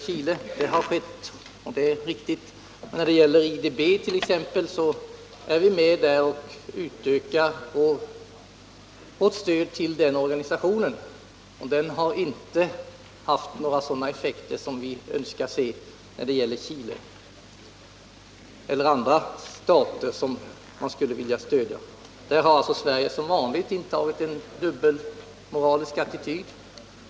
När det t.ex. gäller IDB är vi med och vi utökar också vårt stöd till den organisatio nen. Men IDB:s verksamhet har inte haft sådana effekter som vi önskar se beträffande Chile och andra stater som man skulle vilja stödja. Här har Sverige som vanligt intagit en dubbelmoralisk attityd.